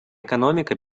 экономика